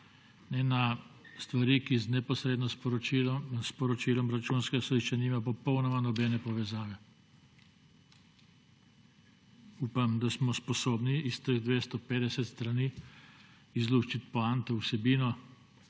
na stvari, ki neposredno s poročilom Računskega sodišča nimajo popolnoma nobene povezave. Upam, da smo sposobni iz teh 250 strani izluščiti poanto, vsebino,